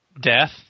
Death